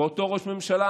ואותו ראש ממשלה